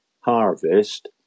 harvest